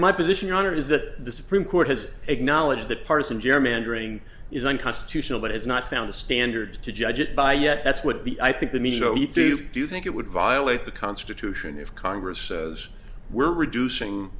my position on it is that the supreme court has acknowledged that partisan gerrymandering is unconstitutional but has not found a standard to judge it by yet that's what the i think the media do you think it would violate the constitution if congress says we're reducing